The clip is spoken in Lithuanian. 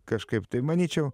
kažkaip tai manyčiau